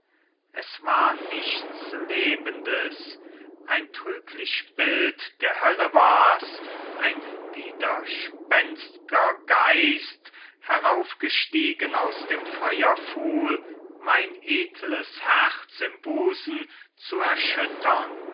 es war nichts lebendes ein trüglich bild der hölle wars ein widerspenstger geist heraufgestiegen aus dem feuerpfuhl mein edles herz im busen zu erschüttern